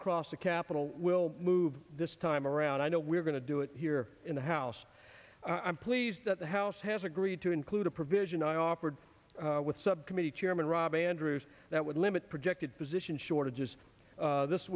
across the capitol will move this time around i don't we are going to do it here in the house i'm pleased that the house has agreed to include a provision offered with subcommittee chairman rob andrews that would limit projected position shortages this